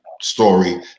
story